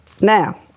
now